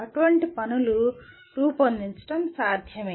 అటువంటి పనులను రూపొందించడం సాధ్యమే